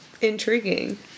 intriguing